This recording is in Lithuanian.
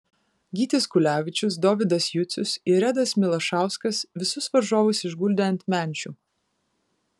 gytis kulevičius dovydas jucius ir redas milašauskas visus varžovus išguldė ant menčių